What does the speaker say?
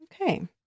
Okay